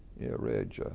reg,